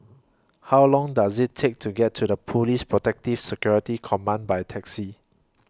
How Long Does IT Take to get to The Police Protective Security Command By Taxi